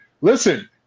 listen